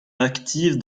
active